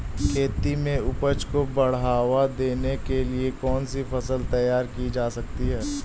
खेती में उपज को बढ़ावा देने के लिए कौन सी फसल तैयार की जा सकती है?